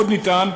עוד נטען,